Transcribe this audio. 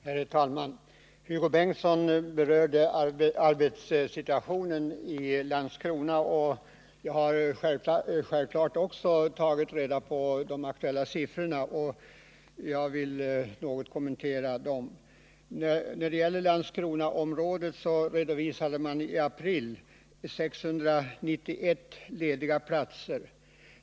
Herr talman! Hugo Bengtsson berörde arbetssituationen i Landskrona. Jag har självfallet också tagit reda på de aktuella siffrorna, och jag vill något kommentera dem. När det gäller Landskronaområdet, så redovisade man i april 691 lediga platser.